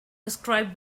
described